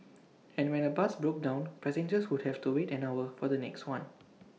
and when A bus broke down passengers would have to wait an hour for the next one